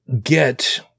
get